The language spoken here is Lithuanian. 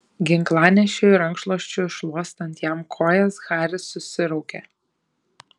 ginklanešiui rankšluosčiu šluostant jam kojas haris susiraukė